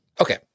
Okay